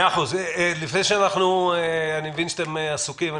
אני מבין שאתם עסוקים.